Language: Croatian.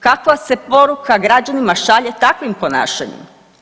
Kakva se poruka građanima šalje takvim ponašanjem?